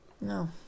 No